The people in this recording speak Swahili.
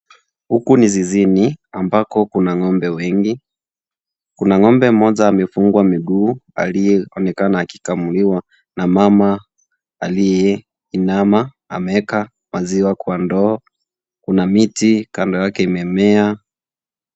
Huku ni zizini, ambako kuna ng'ombe wengi. Kuna ng'ombe moja amefungwa miguu, aliyeonekana akikamuliwa na mama aliyeinama. Ameweka maziwa kwa ndoo. Kuna miti kando yake imemea.